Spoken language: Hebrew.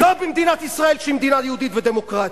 לא במדינת ישראל שהיא מדינה יהודית ודמוקרטית.